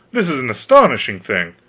this is an astonishing thing.